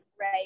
right